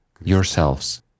yourselves